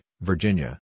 Virginia